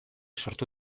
sortu